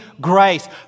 grace